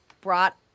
brought